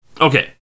Okay